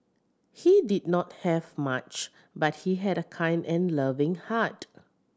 he did not have much but he had a kind and loving heart